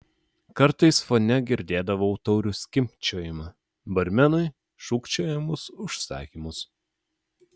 kartais fone girdėdavau taurių skimbčiojimą barmenui šūkčiojamus užsakymus